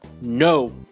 No